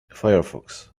firefox